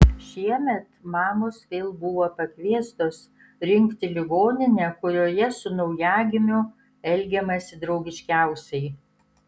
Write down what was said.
šiemet mamos vėl buvo pakviestos rinkti ligoninę kurioje su naujagimiu elgiamasi draugiškiausiai